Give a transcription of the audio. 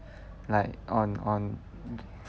like on on